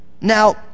Now